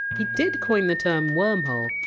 he did coin the term! wormhole.